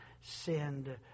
sinned